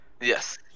yes